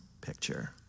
picture